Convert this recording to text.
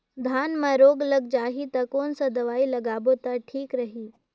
धान म रोग लग जाही ता कोन सा दवाई लगाबो ता ठीक रही?